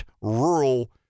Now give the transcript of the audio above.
rural